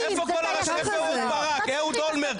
איפה אהוד אולמרט,